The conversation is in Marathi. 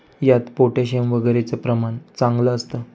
यात पोटॅशियम वगैरेचं प्रमाण चांगलं असतं